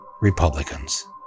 Republicans